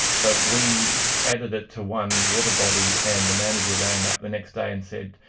but we added it to one water body and the manager rang up the next day and said,